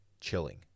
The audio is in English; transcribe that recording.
chilling